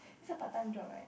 it's a part time job right